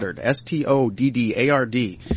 S-T-O-D-D-A-R-D